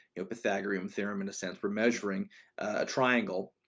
you know, pythagorean theorem in a sense for measuring a triangle.